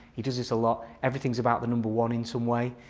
he does this a lot everything's about the number one in some way.